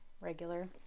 regular